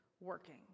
working